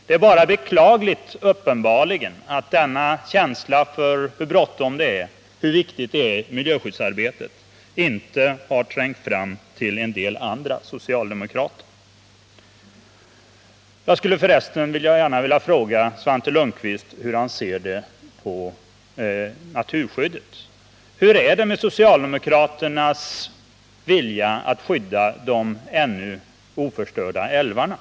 Det är bara beklagligt att denna känsla för hur bråttom och viktigt det är med miljöskyddsarbetet uppenbarligen inte har trängt fram till en del andra socialdemokrater. Jag skulle för resten gärna vilja fråga Svante Lundkvist hur han ser på naturskyddet. Hur är det med socialdemokraternas vilja att skydda de ännu oförstörda älvarna?